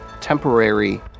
Temporary